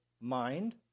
mind